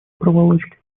проволочки